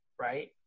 right